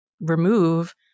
remove